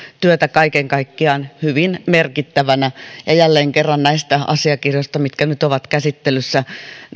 työtä kaiken kaikkiaan hyvin merkittävänä jälleen kerran näistä asiakirjoista mitkä nyt ovat käsittelyssä